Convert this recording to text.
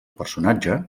personatge